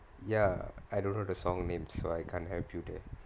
ya I don't know the song name so I can't help you there